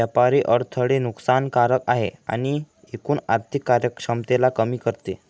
व्यापारी अडथळे नुकसान कारक आहे आणि एकूण आर्थिक कार्यक्षमतेला कमी करते